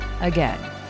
again